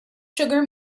sugar